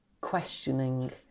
questioning